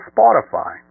Spotify